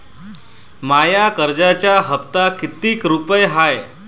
माया कर्जाचा हप्ता कितीक रुपये हाय?